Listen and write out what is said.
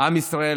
עם ישראל,